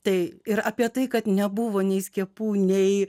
tai ir apie tai kad nebuvo nei skiepų nei